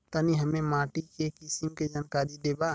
तनि हमें माटी के किसीम के जानकारी देबा?